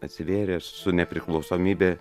atsivėrė su nepriklausomybe